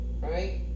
right